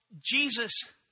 Jesus